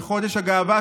וחודש הגאווה,